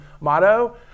motto